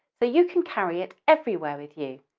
so you can carry it everywhere with you,